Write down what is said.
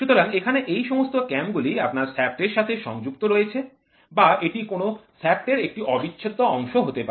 সুতরাং এখানে এই সমস্ত ক্যামগুলি আপনার শ্যাফ্ট এর সাথে সংযুক্ত রয়েছে বা এটি কোনও শ্যাফ্ট এর একটি অবিচ্ছেদ্য অংশ হতে পারে